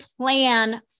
plan